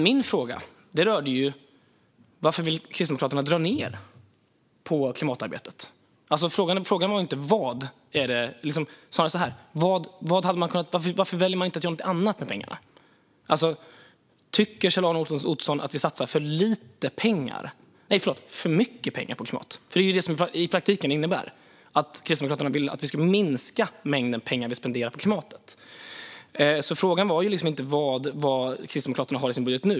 Min fråga rörde varför Kristdemokraterna vill dra ned på klimatarbetet och varför man inte väljer att göra någonting annat med pengarna. Tycker Kjell-Arne Ottosson att vi satsar för mycket pengar på klimatet? Det blir ju det som det i praktiken innebär när Kristdemokraterna vill att vi ska minska mängden pengar vi spenderar på klimatet. Frågan var inte vad Kristdemokraterna har i sin budget nu.